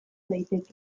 daiteke